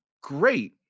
great